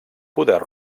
poder